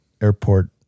Airport